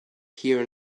here